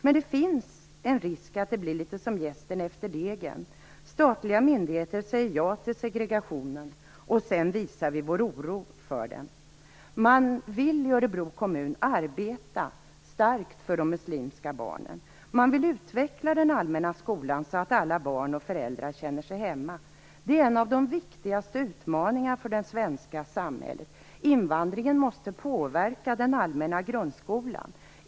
Men det finns en risk för att det blir litet som att kasta jästen efter degen. Statliga myndigheter säger ja till segregationen, och sedan visar vi vår oro för den. Man vill i Örebro kommun arbeta starkt för de muslimska barnen. Man vill utveckla den allmänna skolan så att alla barn och föräldrar känner sig hemma. Det är en av de viktigaste utmaningarna för det svenska samhället. Invandringen måste påverka den allmänna grundskolan.